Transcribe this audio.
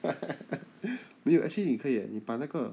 没有 actually 你可以 eh 你把那个